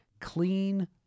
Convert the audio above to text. clean